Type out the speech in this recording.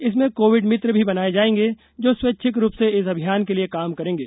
इसमें कोविड मित्र भी बनाये जायेंगे जो स्वैच्छिक रूप से इस अभियान के लिए काम करेँगे